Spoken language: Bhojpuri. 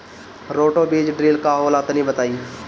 रोटो बीज ड्रिल का होला तनि बताई?